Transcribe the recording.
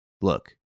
Look